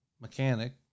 mechanic